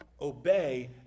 Obey